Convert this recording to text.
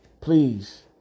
please